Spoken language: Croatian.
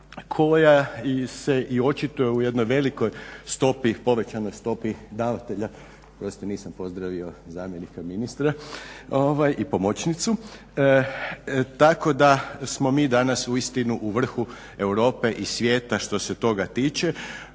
koja se i očituje u jednoj velikoj stopi, povećanoj stopi davatelja, oprostite nisam pozdravio zamjenika ministra i pomoćnicu, tako da smo mi danas uistinu u vrhu Europe i svijeta što se toga tiče.